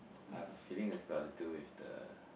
I've a feeling it's got to do with the